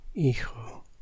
Hijo